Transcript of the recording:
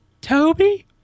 Toby